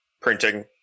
printing